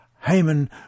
Haman